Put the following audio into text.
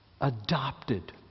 Adopted